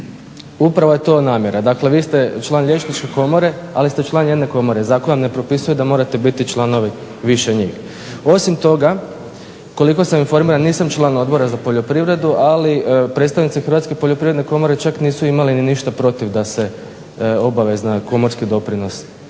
Upravo je to namjera. Dakle vi ste član Liječničke komore, ali ste član jedne komore. Zakon ne propisuje da morate biti članovi više njih. Osim toga, koliko sam informiran nisam član Odbora za poljoprivredu ali predstavnici Hrvatske poljoprivredne komore čak nisu imali ni ništa protiv da se obavezan komorski doprinos